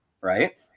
right